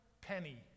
Penny